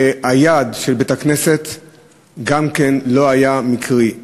והיעד של בית-הכנסת גם כן לא היה מקרי,